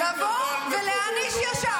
--- אני העמדתי אותו על מקומו, והוא מעניש אותה.